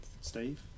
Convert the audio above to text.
Steve